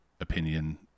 opinion